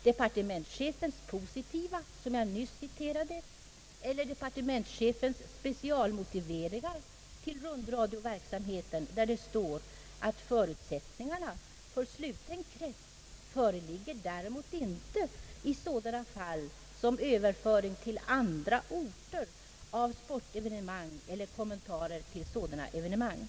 Departementschefens positiva, som jag nyss citerade, eller departementschefens specialmotiveringar till rundradioverksamheten, där det står att förutsättningarna för sluten krets »föreligger däremot inte i sådana fall som överföring till andra orter av sportevene mang eller kommentarer till sådant evenemang»?